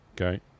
Okay